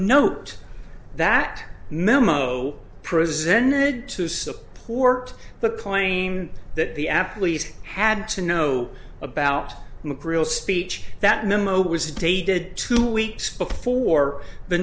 note that memo presenting to support the claim that the athlete had to know about the grill speech that memo was dated two weeks before the